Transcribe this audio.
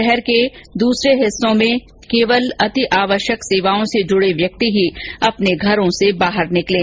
शहर के दूसरे हिस्से में भी केवल अतिआवश्यक सेवाओं से जुडे व्यक्ति ही अपने घरों से बाहर निकलें